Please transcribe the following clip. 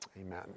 amen